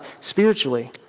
spiritually